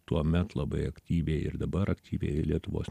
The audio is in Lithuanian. tuomet labai aktyviai ir dabar aktyviai lietuvos